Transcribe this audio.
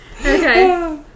Okay